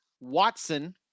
Watson